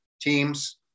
teams